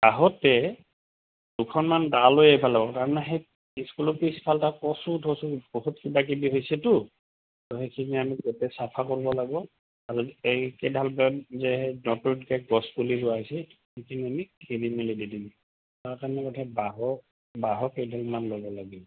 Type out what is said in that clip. আহোঁতে দুখনমান দালৈ আহিব লাগিব তাৰমানে সেই ইস্কুলৰ পিছফাল কচু থচু বহুত কিবা কিবি হৈছেতো ত' সেইখিনি আমি গোটেই চাফা কৰিব লাগিব আৰু এইকেইডাল যে নতুনকৈ গছপুলি ৰুৱা হৈছে সেইখিনি আমি খেলি মেলি দি দিম তাৰ কাৰণে এটা কথা বাঁহো বাঁহো কেইডাল মান ল'ব লাগিল